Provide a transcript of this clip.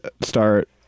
start